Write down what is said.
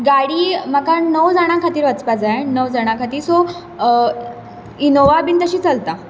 गाडी म्हाका णव जाणा खातीर वचपा जाय णव जाणा खातीर सो इनोवा बी तशी चलता